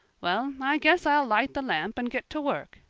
well, i guess i'll light the lamp and get to work,